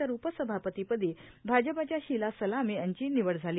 तर उपसभापती पदी भाजपच्या शीला सलाम यांची निवड झाली